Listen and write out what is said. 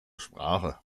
sprache